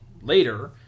later